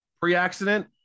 Pre-accident